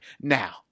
now